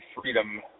freedom